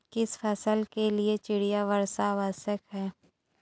किस फसल के लिए चिड़िया वर्षा आवश्यक है?